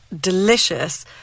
delicious